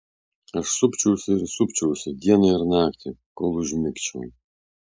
aš supčiausi ir supčiausi dieną ir naktį kol užmigčiau